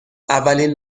اولین